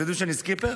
אתם יודעים שאני סקיפר?